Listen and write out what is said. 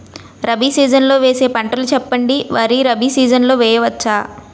Rabi season లో వేసే పంటలు చెప్పండి? వరి రబీ సీజన్ లో వేయ వచ్చా?